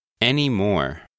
Anymore